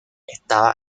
estaba